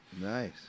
Nice